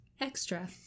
extra